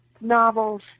novels